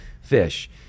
fish